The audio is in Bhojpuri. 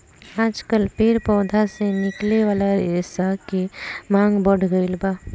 आजकल पेड़ पौधा से निकले वाला रेशा के मांग बढ़ गईल बा